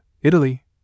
Italy